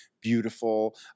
beautiful